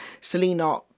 Selena